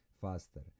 faster